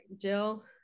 Jill